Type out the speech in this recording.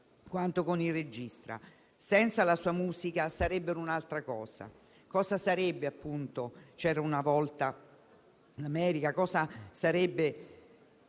quanto con il regista; senza la sua musica, sarebbero un'altra cosa. Cosa sarebbe appunto «C'era una volta in America»? Cosa sarebbero